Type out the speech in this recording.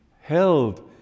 held